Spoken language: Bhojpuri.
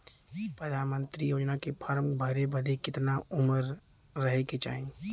प्रधानमंत्री योजना के फॉर्म भरे बदे कितना उमर रहे के चाही?